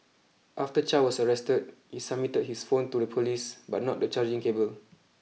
after Chow was arrested he submitted his phone to the police but not the charging cable